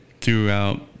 throughout